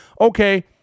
okay